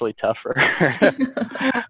tougher